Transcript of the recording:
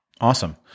Awesome